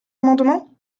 amendement